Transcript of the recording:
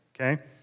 okay